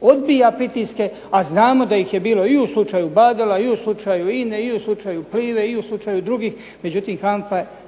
odbija pritiske, a znamo da ih je bilo i u slučaju Badela, i u slučaju INA-e i u slučaju Plive i u slučaju drugih. Međutim, HANFA radi